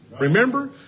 Remember